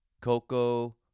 Coco